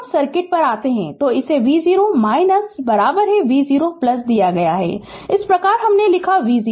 तो इसे v0 v0 दिया गया है इस प्रकार हमने लिखा है v0